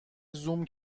زوم